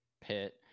pit